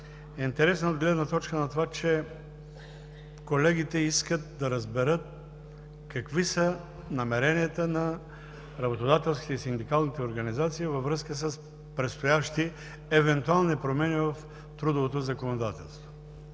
интересна от гледна точка на това, че колегите искат да разберат какви са намеренията на работодателските и синдикалните организации във връзка с евентуални предстоящи промени в трудовото законодателство.